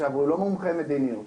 הוא לא מומחה מדיניות.